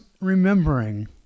remembering